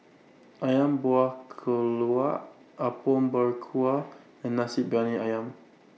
Ayam Buah Keluak Apom Berkuah and Nasi Briyani Ayam